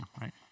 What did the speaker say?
right